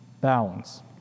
balance